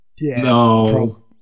No